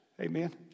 Amen